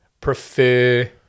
prefer